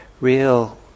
real